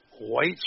white